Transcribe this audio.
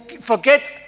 forget